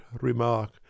remark